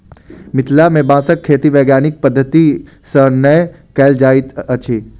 मिथिला मे बाँसक खेती वैज्ञानिक पद्धति सॅ नै कयल जाइत अछि